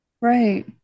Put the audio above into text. Right